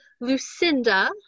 Lucinda